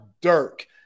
dirk